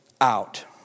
out